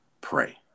Pray